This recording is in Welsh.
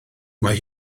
mae